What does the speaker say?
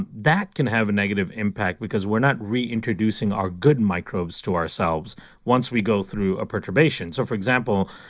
and that can have a negative impact because we're not reintroducing our good microbes to ourselves once we go through a perturbation. so for example,